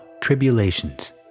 tribulations